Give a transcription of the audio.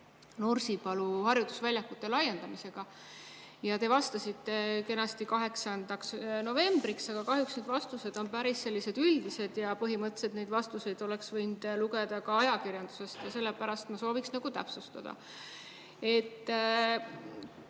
Nursipalu harjutusväljakute laiendamisega. Te vastasite kenasti 8. novembriks, aga kahjuks need vastused on päris üldised ja põhimõtteliselt neid vastuseid oleks võinud lugeda ka ajakirjandusest, sellepärast ma sooviksin täpsustada.